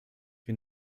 wir